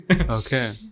Okay